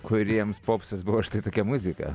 kuriems popsas buvo štai tokia muzika